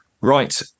Right